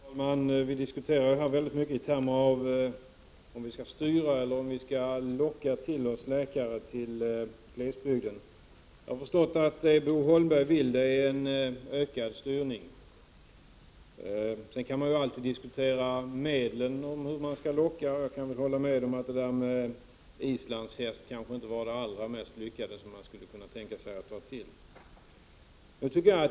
Herr talman! Vi diskuterar här mycket om vi skall styra eller om vi skall locka läkare till glesbygden. Jag förstår att vad Bo Holmberg vill är en ökad styrning. Sedan kan man ju alltid diskutera medlen — hur man skall locka. Och jag kan väl hålla med om att det där med islandshäst kanske inte var det allra mest lyckade av det man kunde tänka sig att ta till.